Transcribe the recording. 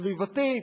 סביבתית.